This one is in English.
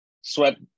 Swept